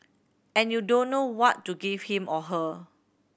and you don't know what to give him or her